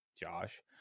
Josh